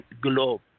globe